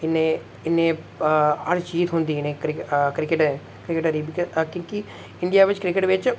इनें ई हर चीज थ्होंदी इ'नेंगी क्रिकेट आ क्रिकेटै दी की कि बिच क्रिकेट बिच